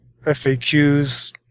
FAQs